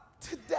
Today